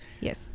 yes